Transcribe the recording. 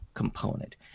component